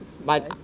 life